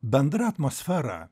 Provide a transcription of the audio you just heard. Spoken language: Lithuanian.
bendra atmosfera